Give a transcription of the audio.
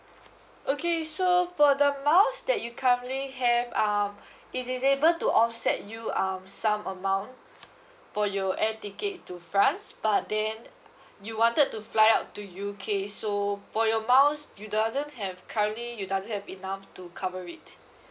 okay so for the miles that you currently have um it is able to offset you um some amount for your air ticket to france but then you wanted to fly out to U_K so for your miles you doesn't have currently you doesn't have enough to cover it